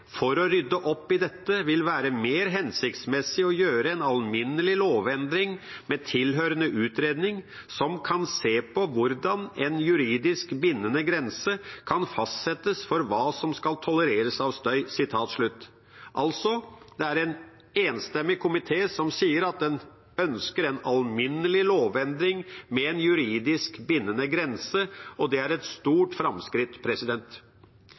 for å rydde opp i dette vil være mer hensiktsmessig å gjøre en alminnelig lovendring med tilhørende utredning som kan se på hvordan en juridisk bindende grense kan fastsettes for hva som kan tolereres av støy.» Det er altså en enstemmig komité som sier at den ønsker en alminnelig lovendring med en juridisk bindende grense, og det er et stort framskritt.